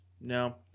No